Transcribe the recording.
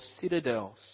citadels